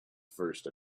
first